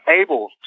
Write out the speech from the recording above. able